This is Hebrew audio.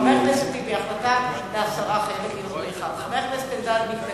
חבר הכנסת, החלטה להסרה חייבת להיות, חבר